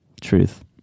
truth